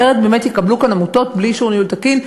אחרת יקבלו כאן עמותות בלי אישור ניהול תקין.